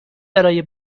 برای